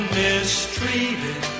mistreated